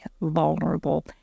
vulnerable